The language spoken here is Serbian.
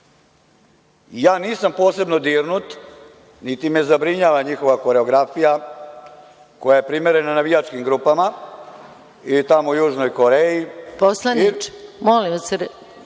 nisam posebno dirnut, niti me zabrinjava njihova koreografija, koja je primerena navijačkim grupama i tamo Južnoj Koreji…